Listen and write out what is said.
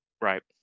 Right